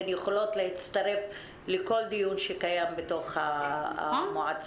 הן יכולות להצטרף לכל דיון שקיים בתוך המועצה.